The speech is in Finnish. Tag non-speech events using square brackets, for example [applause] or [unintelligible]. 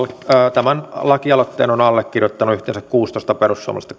tämän lakialoitteen on allekirjoittanut yhteensä kuusitoista perussuomalaista [unintelligible]